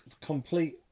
complete